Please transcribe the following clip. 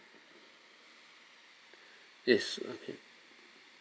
yes